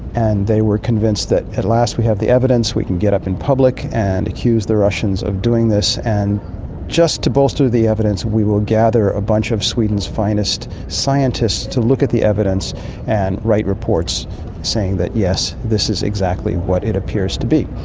and they were convinced that at last we have the evidence, we can get up in public and accuse the russians of doing this, and just to bolster the evidence we will gather a bunch of sweden's finest scientists to look at the evidence and write reports saying that, yes, this is exactly what it appears to be.